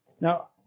Now